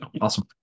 awesome